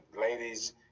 ladies